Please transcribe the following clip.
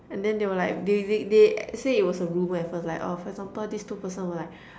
and then they were like they they they say it was a rumor at first like oh for example this two persons were like